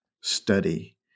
study